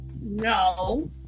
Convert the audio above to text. no